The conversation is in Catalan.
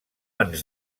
ens